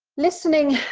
listening